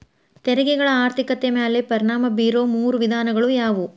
ತೆರಿಗೆಗಳ ಆರ್ಥಿಕತೆ ಮ್ಯಾಲೆ ಪರಿಣಾಮ ಬೇರೊ ಮೂರ ವಿಧಾನಗಳ ಯಾವು